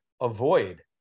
avoid